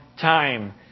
time